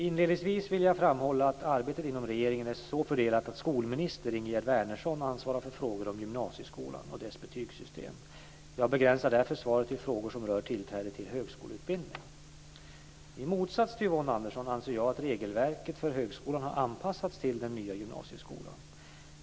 Inledningsvis vill jag framhålla att arbetet inom regeringen är så fördelat att skolminister Ingegerd Wärnersson ansvarar för frågor om gymnasieskolan och dess betygssystem. Jag begränsar därför svaret till frågor som rör tillträde till högskoleutbildning. I motsats till Yvonne Andersson anser jag att regelverket för högskolan har anpassats till den nya gymnasieskolan.